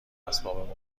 اسباب